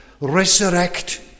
resurrect